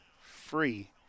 free